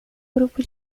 grupo